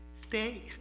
stay